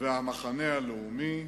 והמחנה הלאומי,